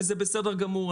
וזה בסדר גמור,